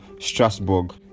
strasbourg